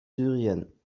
syrien